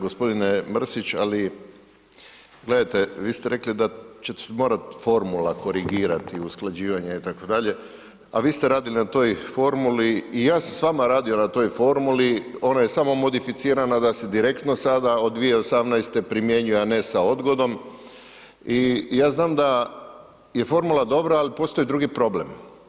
Gospodine Mrsić, gledajte vi ste rekli da će se morati formula korigirati i usklađivanje itd., a vi ste radili na toj formuli i ja sam s vama radio na toj formuli ona je samo modificirana da se direktno sada od 2018.primjenjuje, a ne sa odgodom i ja znam da je formula dobra, ali postoji drugi problem.